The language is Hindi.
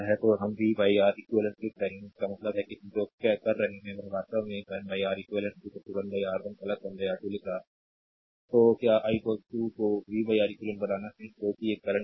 तो हम v R eq लिख रहे हैं इसका मतलब है हम जो कर रहे हैं वह वास्तव में 1 आर eq 1 R1 1 R2 लिख रहा है तो क्योंकि i को v R eq बनाना है जो कि एक करंट i है